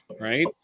right